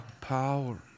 power